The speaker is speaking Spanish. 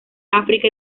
áfrica